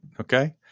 Okay